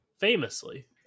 Famously